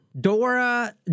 Dora